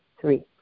three